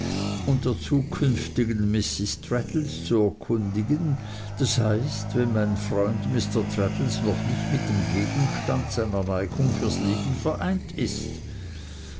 und der zukünftigen mrs traddles zu erkundigen das heißt wenn mein freund mr traddles noch nicht mit dem gegenstand seiner neigung fürs leben vereint ist